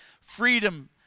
freedom